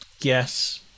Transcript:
Yes